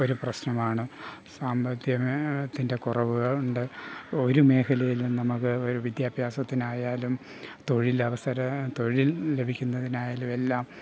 ഒരു പ്രശ്നമാണ് സാമ്പത്തികത്തിൻ്റെ കുറവുകളുണ്ട് ഒരു മേഖലയിലും നമുക്ക് ഒരു വിദ്യാഭ്യാസത്തിനായാലും തൊഴിലവസര തൊഴിൽ ലഭിക്കുന്നതിനായലും എല്ലാം